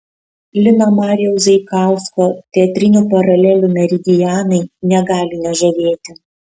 lino marijaus zaikausko teatrinių paralelių meridianai negali nežavėti